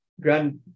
grand